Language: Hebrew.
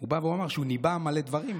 הוא בא ואמר שהוא ניבא מלא דברים,